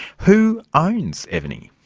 who owns evony?